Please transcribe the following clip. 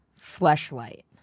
fleshlight